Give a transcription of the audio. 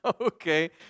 Okay